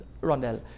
Rondell